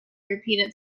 repeated